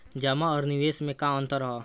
जमा आ निवेश में का अंतर ह?